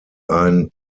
ein